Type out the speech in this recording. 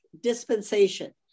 dispensation